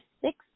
six